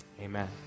Amen